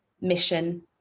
mission